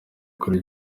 kuri